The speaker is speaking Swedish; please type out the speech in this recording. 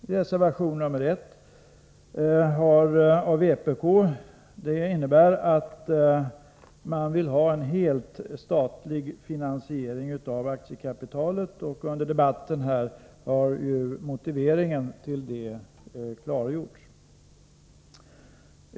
I reservation nr1 från vpk yrkas på en helt statlig finansiering av aktiekapitalet. Under debatten i kammaren har motiveringen härtill närmare klargjorts.